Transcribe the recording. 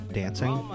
dancing